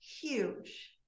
huge